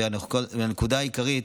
והנקודה העיקרית